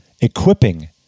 Equipping